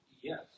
yes